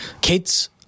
kids